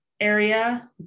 area